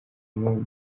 n’umwe